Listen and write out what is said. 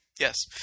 Yes